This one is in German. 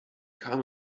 kam